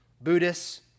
Buddhists